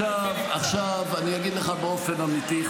עכשיו אני אגיד לך באופן אמיתי,